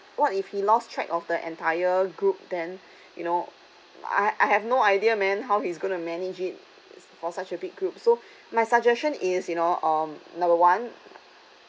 what if he lost track of the entire group then you know I I have no idea man how he's gonna to manage it for such a big group so my suggestion is you know um number one